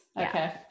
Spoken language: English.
Okay